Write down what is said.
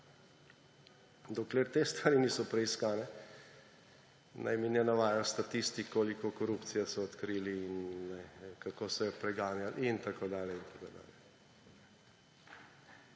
Dokler te stvari niso preiskane, naj mi ne navajajo statistik, koliko korupcije so odkrili, kako so jo preganjali in tako dalje